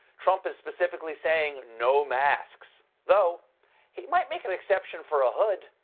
trump is specifically saying no masks. though he might make an exception for a hood.